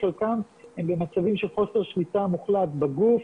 חלקם הם במצבים של חוסר שליטה מוחלט בגוף,